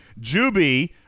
Juby